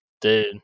Dude